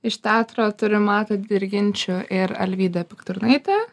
iš teatro turim matą dirginčių ir alvydę pikturnaitę